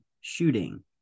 shooting